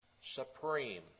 supreme